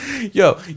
Yo